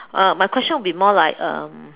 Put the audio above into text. uh my question will be more like um